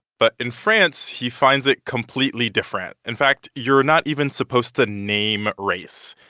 but in france, he finds it completely different. in fact, you're not even supposed to name race.